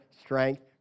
strength